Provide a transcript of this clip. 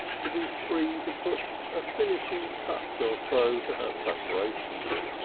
to be free to put a finishing touch or so to her preparations.